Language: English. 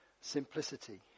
simplicity